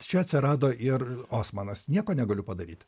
čia atsirado ir osmanas nieko negaliu padaryt